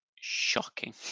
shocking